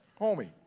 Homie